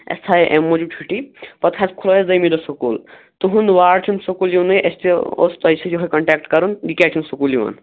اسہِ تھٲوے امہِ موٗجوٗب چھُٹی پَتہٕ حظ کھُلایے اسہِ دوٚیِمہِ دۄہ سکوٗل تُہُنٛد واڈ چھُنہٕ سکوٗل یِوانٕے أسۍ تہِ اوس تۄہہِ سۭتۍ یِہےَ کَنٹیکٹہٕ کَرُن یہِ کیٛازِ چھُنہٕ سکوٗل یِوان